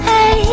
Hey